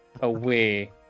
away